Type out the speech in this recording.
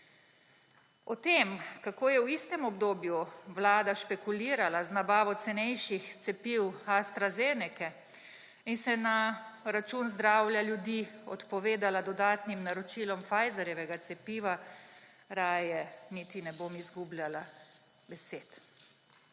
O tem, kako je v istem obdobju vlada špekulirala z nabavo cenejših cepiv AstraZenece in se na račun zdravja ljudi odpovedala dodatnim naročim Pfizerjevega cepiva, raje niti ne bom izgubljala besed.